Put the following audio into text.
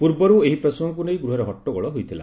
ପୂର୍ବରୁ ଏହି ପ୍ରସଙ୍ଗକୁ ନେଇ ଗୃହରେ ହଟ୍ଟଗୋଳ ହୋଇଥିଲା